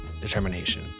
determination